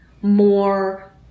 more